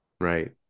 right